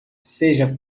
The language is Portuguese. seja